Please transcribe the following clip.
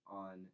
on